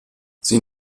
sie